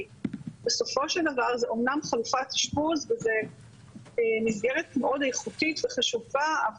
כי בסופו של דבר זה אמנם חלופת אשפוז וזו מסגרת מאוד איכותית וחשובה,